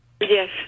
Yes